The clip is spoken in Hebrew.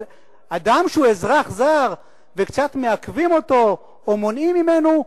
אבל אדם שהוא אזרח זר וקצת מעכבים אותו או מונעים ממנו,